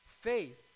faith